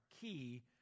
key